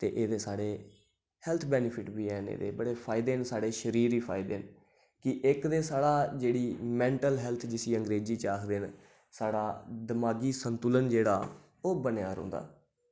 ते एह्दे सारे हैल्थ बैनिफिट बी ऐ न एह्दे बड़े फायदे न साढ़े शरीर गी फायदे न ते इक ते साढ़ी जेह्ड़ी मेंटल हैल्थ जिसी अंग्रेजी च आखदे न साढ़ा दमागी संतुलन जेह्ड़ा ओह् बनेआ रौंह्दा